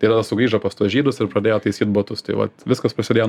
tai tada sugrįžo pas tuos žydus ir pradėjo taisyt batus tai vat viskas prasidėjo